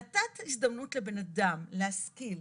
נתת הזדמנות לבן אדם להשכיל,